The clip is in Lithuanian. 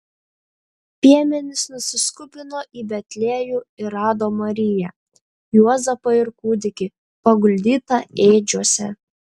piemenys nusiskubino į betliejų ir rado mariją juozapą ir kūdikį paguldytą ėdžiose